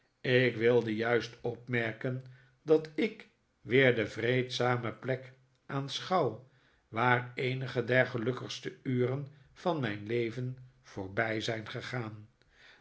ik wilde juist opmerken dat ik weer de vreedzame plek aanschouw waar eenige der gelukkigste uren van mijn leven voorbij zijn gegaan